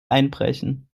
einbrechen